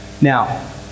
now